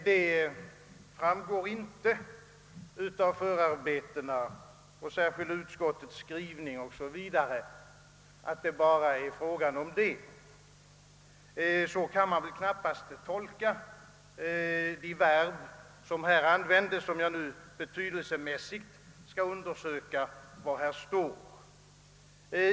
Det framgår inte av förarbetena, särskilda utskottets skrivning o. s. v., att det bara är fråga om detta; så kan man knappast tolka de verb som användes, om jag betydelscmässigt skall undersöka vad här står.